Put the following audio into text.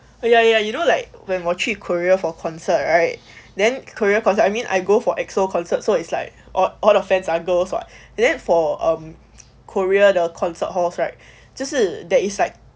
ya ya you know like when 我去 korea for concert right then korean concert I mean I go for exo concert so it's like or all of fans are girls [what] and then for um korea the concert halls right 就是 there is like